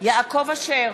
יעקב אשר,